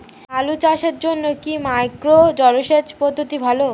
আলু চাষের জন্য কি মাইক্রো জলসেচ পদ্ধতি ভালো?